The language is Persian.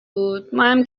بود، ماهم